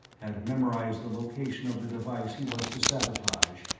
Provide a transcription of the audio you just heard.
had memorized the location of the device he was to sabotage,